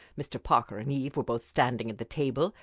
mr. parker and eve were both standing at the table,